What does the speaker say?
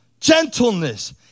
gentleness